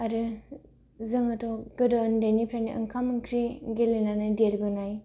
आरो जोङोथ' गोदो उन्दैनिफ्रायनो ओंखाम ओंख्रि गेलेनानै देरबोनाय